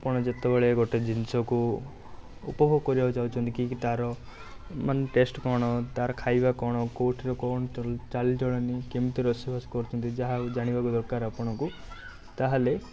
ଆପଣ ଯେତେବେଳେ ଗୋଟେ ଜିନିଷକୁ ଉପଭୋଗ କରିବାକୁ ଯାଉଛନ୍ତି କି ତାର ମାନେ ଟେଷ୍ଟ୍ କ'ଣ ତାର ଖାଇବା କ'ଣ କେଉଁଥିରେ କ'ଣ ଚାଲିଚଳନି କେମିତି ରୋଷେଇବାସ କରୁଛନ୍ତି ଯାହା ହେଉ ଜାଣିବା ବି ଦରକାର ଆପଣଙ୍କୁ ତାହେଲେ